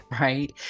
right